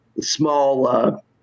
small